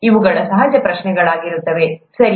ಇವುಗಳು ಸಹಜ ಪ್ರಶ್ನೆಗಳಾಗುತ್ತವೆ ಸರಿ